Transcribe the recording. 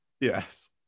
Yes